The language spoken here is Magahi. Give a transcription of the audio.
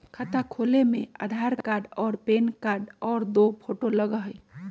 खाता खोले में आधार कार्ड और पेन कार्ड और दो फोटो लगहई?